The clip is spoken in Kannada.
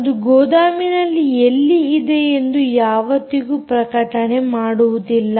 ಅದು ಗೋದಾಮಿನಲ್ಲಿ ಎಲ್ಲಿ ಇದೆ ಎಂದು ಯಾವತ್ತಿಗೂ ಪ್ರಕಟಣೆ ಮಾಡುವುದಿಲ್ಲ